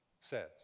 says